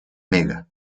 mega